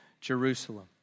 Jerusalem